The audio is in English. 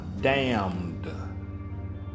damned